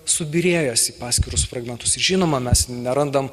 subyrėjęs į paskirus fragmentus ir žinoma mes nerandam